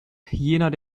jener